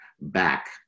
back